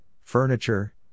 furniture